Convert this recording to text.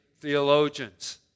theologians